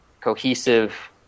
cohesive